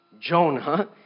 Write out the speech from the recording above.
Jonah